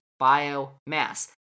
biomass